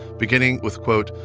beginning with, quote,